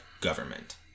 government